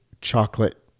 chocolate